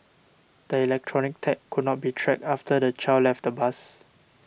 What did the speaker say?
the electronic tag could not be tracked after the child left the bus